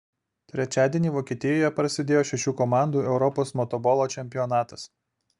trečiadienį vokietijoje prasidėjo šešių komandų europos motobolo čempionatas